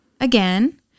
again